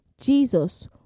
Jesus